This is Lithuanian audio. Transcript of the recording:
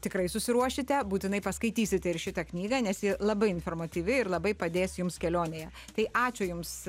tikrai susiruošite būtinai paskaitysit ir šitą knygą nes ji labai informatyvi ir labai padės jums kelionėje tai ačiū jums